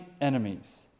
enemies